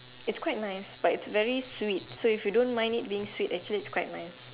is quite nice but is very sweet so if you don't mind it being sweet actually is quite nice